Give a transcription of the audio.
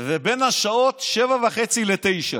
ובין השעות 19:30 ו-21:00.